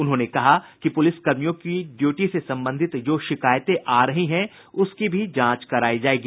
उन्होंने कहा कि पुलिसकर्मियों की ड्यूटी से संबंधित जो शिकायतें आ रही हैं उसकी भी जांच करायी जायेगी